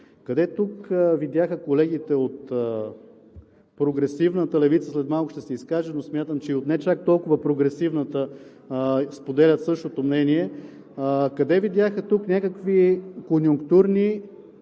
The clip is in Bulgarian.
Къде тук видяха колегите от прогресивната левица, след малко ще се изкажа, но смятам, че от не чак толкова прогресивната споделят същото мнение, някакви конюнктурни,